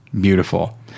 beautiful